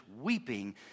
weeping